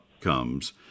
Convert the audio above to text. comes